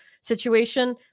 situation